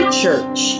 church